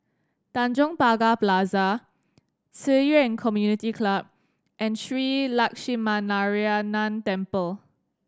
Tanjong Pagar Plaza Ci Yuan Community Club and Shree Lakshminarayanan Temple